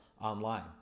online